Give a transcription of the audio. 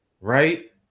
right